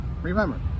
Remember